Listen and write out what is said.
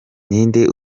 ninde